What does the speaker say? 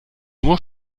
nur